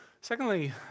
Secondly